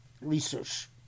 research